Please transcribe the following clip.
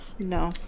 No